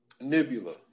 Nebula